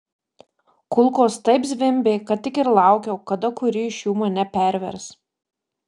kulkos taip zvimbė kad tik ir laukiau kada kuri iš jų mane pervers